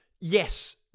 yes